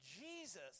Jesus